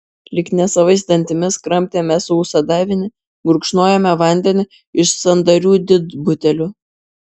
lyg nesavais dantimis kramtėme sausą davinį gurkšnojome vandenį iš sandarių didbutelių